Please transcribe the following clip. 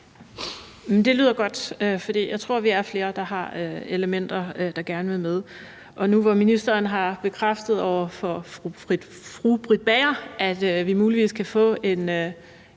Det lyder godt, for jeg tror, at vi er flere, der har elementer, vi gerne vil have med. Og nu, hvor ministeren har bekræftet over for fru Britt Bager, at vi muligvis kan få en